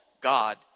God